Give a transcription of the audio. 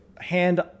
hand